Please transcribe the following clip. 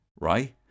Right